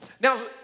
Now